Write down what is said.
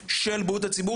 או להגביל את אותן הגבלות,